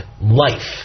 life